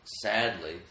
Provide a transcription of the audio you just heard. sadly